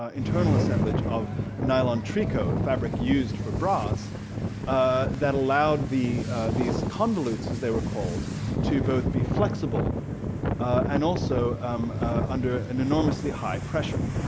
ah internal assemblage of nylon tricot, a fabric used for bras ah that allowed these convolutes as they were called to both be flexible and also um under an enormously high pressure.